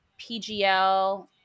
PGL